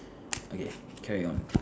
okay carry on